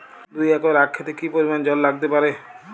দুই একর আক ক্ষেতে কি পরিমান জল লাগতে পারে?